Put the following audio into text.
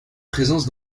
présence